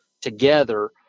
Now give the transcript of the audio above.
together